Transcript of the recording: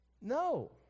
No